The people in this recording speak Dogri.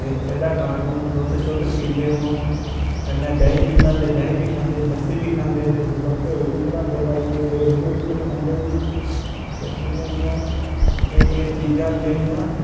ते एह्दे कारण दुद्ध सुद्ध पीन्दे ओह् कन्नै देहीं बी बनांदे देहीं बी खन्दे लस्सी बी खंदे ते दूआ घ्यो बी बनांदे बेचदे बी खन्दे बी ते इ'यां इ'यां एह् एह् चीज़ां न जेह्ड़ियां